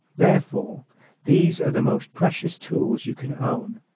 therefore these are the most precious tools you can own.